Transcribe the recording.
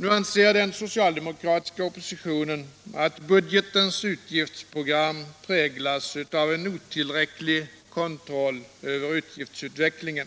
Nu anser den socialdemokratiska oppositionen att budgetens utgiftsprogram präglas av en otillräcklig kontroll över utgiftsutvecklingen.